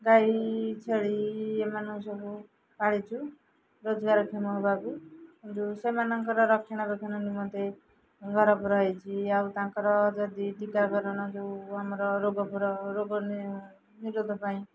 ଗାଈ ଛେଳି ଏମାନଙ୍କୁ ସବୁ ପାଳିଛୁ ରୋଜଗାରକ୍ଷମ ହବାକୁ ଯେଉଁ ସେମାନଙ୍କର ରକ୍ଷଣାବେକ୍ଷଣ ନିମନ୍ତେ ଘରଫର ହେଇଛି ଆଉ ତାଙ୍କର ଯଦି ଟୀକାକରଣ ଯେଉଁ ଆମର ରୋଗଫୋଗ ରୋଗ ନିରୋଧ ପାଇଁ